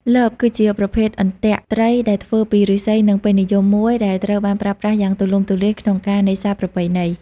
លប គឺជាប្រភេទអន្ទាក់ត្រីដែលធ្វើពីឫស្សីដ៏ពេញនិយមមួយដែលត្រូវបានប្រើប្រាស់យ៉ាងទូលំទូលាយក្នុងការនេសាទប្រពៃណី។